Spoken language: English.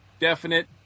definite